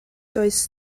does